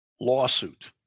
lawsuit